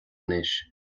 anois